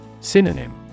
Synonym